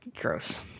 gross